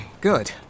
Good